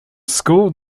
school